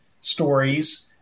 stories